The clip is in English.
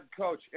coach